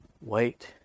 Wait